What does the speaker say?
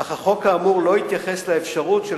אך כאמור הוא לא התייחס לאפשרות של